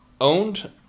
owned